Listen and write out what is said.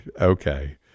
okay